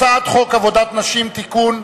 הצעת חוק עבודת נשים (תיקון,